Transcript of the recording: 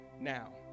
now